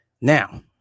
Now